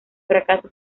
fracasa